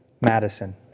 Madison